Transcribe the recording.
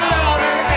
louder